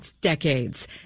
decades